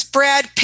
Brad